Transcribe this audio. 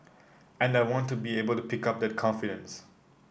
and I want to be able to pick up that confidence